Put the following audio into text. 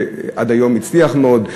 ועד היום העניין הזה הצליח מאוד,